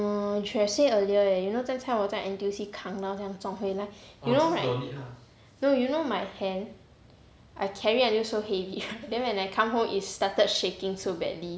mm should have said earlier eh you know 刚才我在 N_T_U_C 扛到这样重回来 you know right no you know my hand I carry until so heavy right then when I come home it started shaking so badly